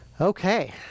Okay